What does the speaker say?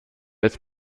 ist